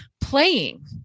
playing